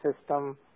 system